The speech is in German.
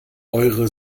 eure